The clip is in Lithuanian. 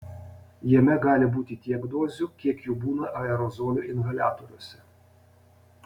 jame gali būti tiek dozių kiek jų būna aerozolių inhaliatoriuose